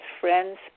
friends